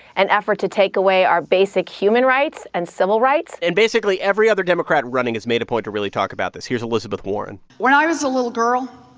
an effort to take away our basic human rights and civil rights and basically, every other democrat running has made a point to really talk about this. here's elizabeth warren when i was a little girl,